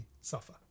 suffer